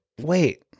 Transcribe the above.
wait